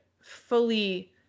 fully